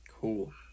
Cool